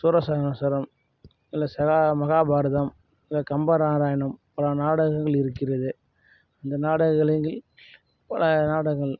சூரசம்ஹாரம் நல்ல மகாபாரதம் கம்ப ராமாயணம் பல நாடகங்கள் இருக்கிறது இந்த நாடகங்களை ஒரு நாடகங்கள்